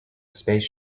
space